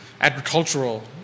agricultural